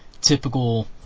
typical